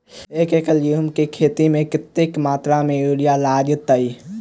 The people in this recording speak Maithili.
एक एकड़ गेंहूँ केँ खेती मे कतेक मात्रा मे यूरिया लागतै?